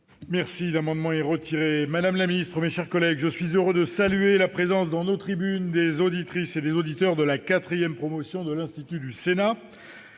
n° 316 rectifié est retiré. Madame la ministre, mes chers collègues, je suis heureux de saluer la présence dans nos tribunes des auditrices et des auditeurs de la quatrième promotion de l'Institut du Sénat.